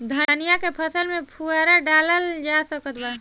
धनिया के फसल पर फुहारा डाला जा सकत बा?